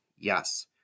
Yes